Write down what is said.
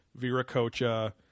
Viracocha